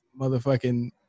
motherfucking